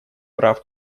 прав